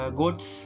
goats